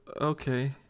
Okay